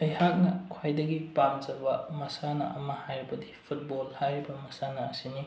ꯑꯩꯍꯥꯛꯅ ꯈ꯭ꯋꯥꯏꯗꯒꯤ ꯄꯥꯝꯖꯕ ꯃꯁꯥꯟꯅ ꯑꯃ ꯍꯥꯏꯔꯕꯗꯤ ꯐꯨꯠꯕꯣꯜ ꯍꯥꯏꯔꯤꯕ ꯃꯁꯥꯟꯅ ꯑꯁꯤꯅꯤ